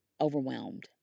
overwhelmed